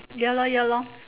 ya lor ya lor